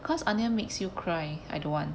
because onion makes you cry I don't want